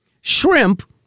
shrimp